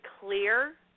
clear